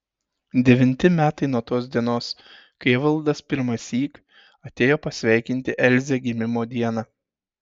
devinti metai nuo tos dienos kai evaldas pirmąsyk atėjo pasveikinti elzę gimimo dieną